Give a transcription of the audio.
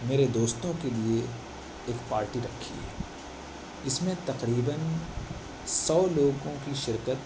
میرے دوستوں کے لیے ایک پارٹی رکھی ہے اس میں تقریباً سو لوگوں کی شرکت